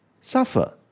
Suffer